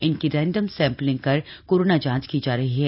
इनकी random sampling कर corona जांच की जा रही है